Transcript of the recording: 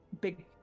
big